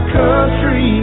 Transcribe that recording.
country